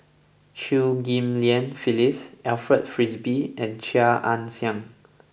Chew Ghim Lian Phyllis Alfred Frisby and Chia Ann Siang